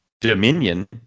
Dominion